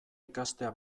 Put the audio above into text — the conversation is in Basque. ikastea